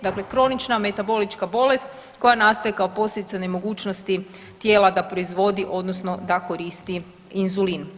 Dakle kronična metabolička bolest koja nastaje kao posljedica nemogućnosti tijela da proizvodi odnosno da koristi inzulin.